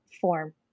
form